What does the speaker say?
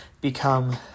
become